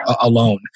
alone